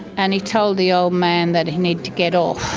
and he told the old man that he needed to get off.